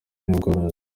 n’ubworozi